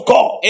God